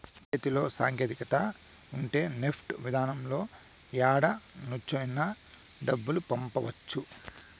చేతిలో సాంకేతికత ఉంటే నెఫ్ట్ విధానంలో యాడ నుంచైనా డబ్బులు పంపవచ్చు